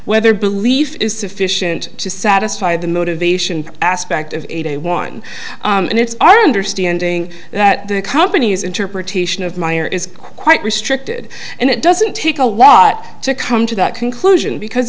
whether belief is sufficient to satisfy the motivation aspect of a day one and it's our understanding that the company's interpretation of myer is quite restricted and it doesn't take a lot to come to that conclusion because